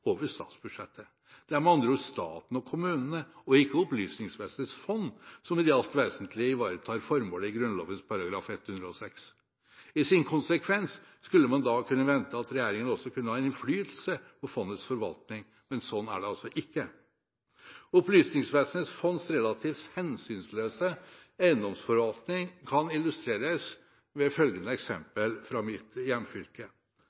over statsbudsjettet. Det er med andre ord staten og kommunene, og ikke Opplysningsvesenets fond, som i det alt vesentlige ivaretar formålet i Grunnloven § 106. I sin konsekvens skulle man da kunne vente at regjeringen også kunne ha innflytelse på fondets forvaltning, men sånn er det altså ikke. Opplysningsvesenets fonds relativt hensynsløse eiendomsforvaltning kan illustreres ved følgende eksempel fra mitt hjemfylke: